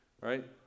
Right